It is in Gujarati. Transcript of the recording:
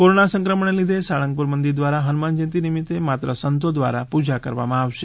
કોરોના સંક્રમણને લીધે સાળંગપુર મંદિર દ્વારા હનુમાન જયંતિ નિમિત્તે માત્ર સંતો દ્વારા પૂજા કરવામાં આવશે